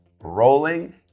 rolling